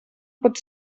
pot